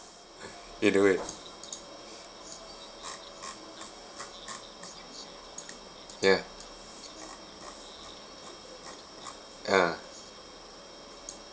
you do it ah ya ah